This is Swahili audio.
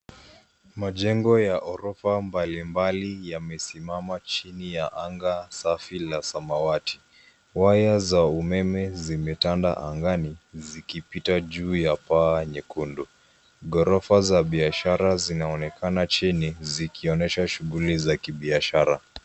Majengo ya ghorofa mbalimbali yamesimama chini ya anga safi la samawati. Waya za umeme zimetanda angani zikipita juu ya paa nyekundu. Ghorofa za biashara zinaonekana chini zikionyesha shughuli za kibiashara.